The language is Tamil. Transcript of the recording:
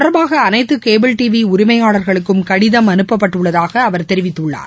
தொடர்பாக அனைத்து கேபிள் டிவி உரிமையாளர்களுக்கும் இது கடிதம் அனுப்பப்பட்டுள்ளதாக அவர் தெரிவித்துள்ளார்